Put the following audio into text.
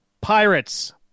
Pirates